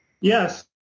Yes